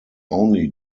only